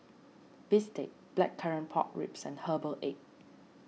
Bistake Blackcurrant Pork Ribs and Herbal Egg